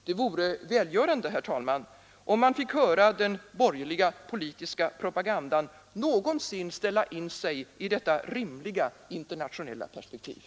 Det vore välgörande, herr talman, om man fick höra den borgerliga politiska propagandan någonsin ställa in sig i detta rimliga internationella perspektiv.